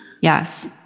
yes